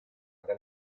del